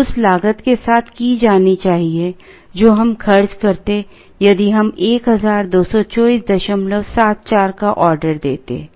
उस लागत के साथ की जानी चाहिए जो हम खर्च करते यदि हम 122474 का ऑर्डर देते